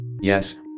yes